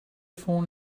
phone